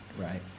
right